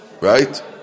Right